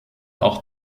auch